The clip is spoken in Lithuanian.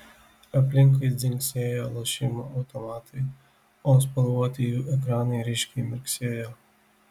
aplinkui dzingsėjo lošimo automatai o spalvoti jų ekranai ryškiai mirksėjo